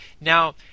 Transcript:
Now